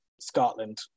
Scotland